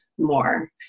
more